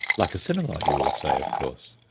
like a cinema, you will say, of course.